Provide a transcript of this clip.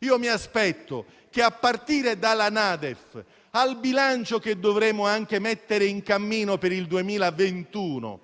Io mi aspetto che, a partire dalla NADEF e dal bilancio che dovremo anche mettere in cammino per il 2021,